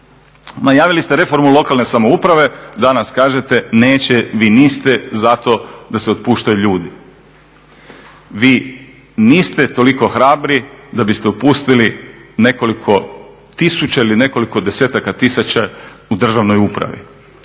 Najavili ste reformu lokalne samouprave, danas kažete vi niste za to da se otpuštaju ljudi. Vi niste toliko hrabri da biste otpustili nekoliko tisuća ili nekoliko desetaka tisuća u državnoj upravi.